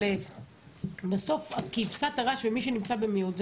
אבל בסוף כבשת הרש ומי שנמצא במיעוט זה